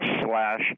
slash